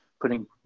putting